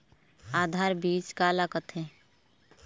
आधार बीज का ला कथें?